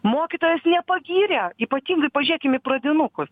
mokytojas nepagyrė ypatingai pažiūrėkim į pradinukus